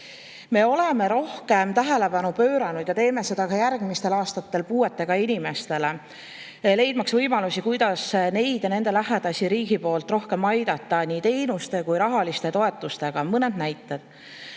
Me oleme rohkem tähelepanu pööranud – ja teeme seda ka järgmistel aastatel – puuetega inimestele, leidmaks võimalusi, kuidas neid ja nende lähedasi riigi poolt rohkem aidata nii teenuste kui ka rahaliste toetustega. Mõned näited.